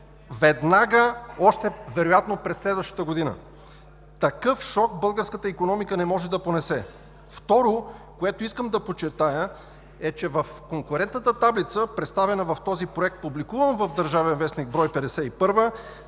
веднага, вероятно още през следващата година. Такъв шок българската икономика не може да понесе. Второто, което искам да подчертая, е, че в конкурентната таблица, представена в този проект, публикуван в „Държавен вестник“, брой 51,